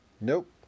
nope